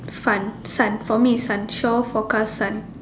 fun sun for me is sun shore forecast sun